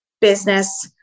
business